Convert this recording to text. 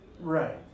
Right